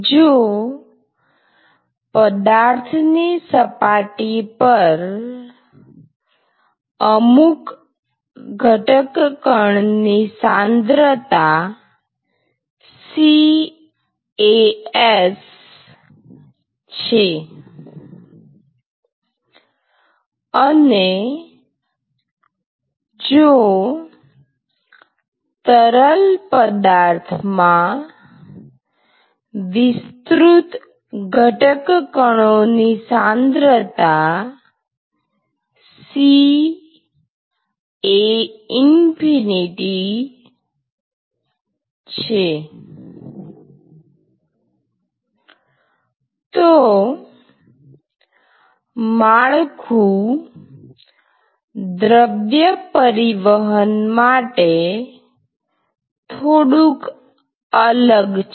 જો પદાર્થ ની સપાટી પર અમુક ઘટક કણની સાંદ્રતા CAs છે અને જો તરલ પદાર્થમાં વિસ્તૃત ઘટક કણોની સાંદ્રતા CA∞ છે તો માળખું દ્રવ્ય પરિવહન માટે થોડું અલગ છે